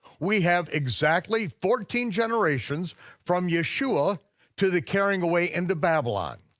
we have exactly fourteen generations from yeshua to the carrying away into babylon.